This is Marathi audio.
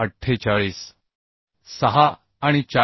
6 आणि 427